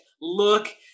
look